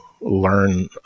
learn